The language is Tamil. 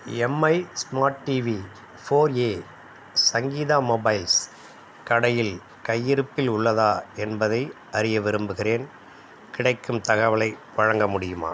Mi smart TV four A Sangeetha mobiles கடையில் கையிருப்பில் உள்ளதா என்பதை அறிய விரும்புகிறேன் கிடைக்கும் தகவலை வழங்க முடியுமா